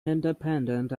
independent